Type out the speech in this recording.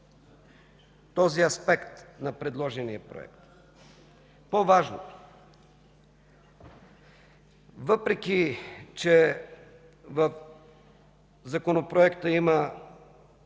този аспект на предложения Проект. По-важното, въпреки че в Законопроекта има